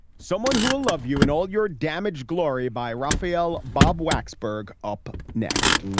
someone who will love you and all your damaged glory by rafaelle bob wacs berg. up next